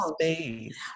space